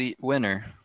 winner